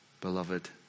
beloved